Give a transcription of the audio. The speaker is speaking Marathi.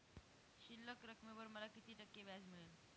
शिल्लक रकमेवर मला किती टक्के व्याज मिळेल?